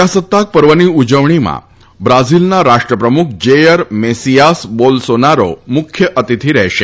પ્રજાસત્તાક પર્વની ઉજવણીમાં બ્રાઝીલના રાષ્ટ્રપ્રમુખ જેયર મેસીયાસ બોલસોનારો મુખ્ય અતિથિ રહેશે